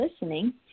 listening